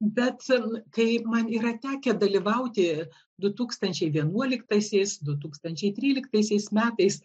bet kai man yra tekę dalyvauti du tūkstančiai vienuoliktaisiais du tūkstančiai tryliktaisiais metais